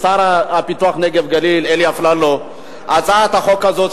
לעידוד הנגב והגליל (תיקוני חקיקה).